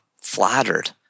flattered